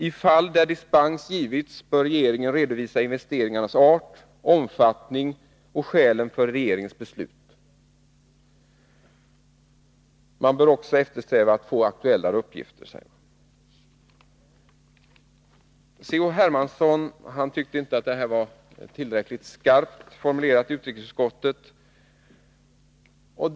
I fall där dispens givits bör regeringen redovisa investeringarnas art och omfattning och skälen för regeringens beslut. Man bör också eftersträva att få aktuellare uppgifter, sägs det. C.-H. Hermansson tyckte inte att det här var tillräckligt skarpt formulerat i utrikesutskottets betänkande.